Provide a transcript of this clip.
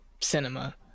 cinema